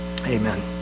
amen